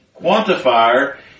Quantifier